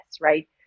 right